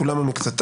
כולם או מקצתם,